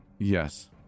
Yes